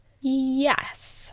Yes